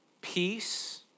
peace